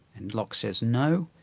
and locke says no,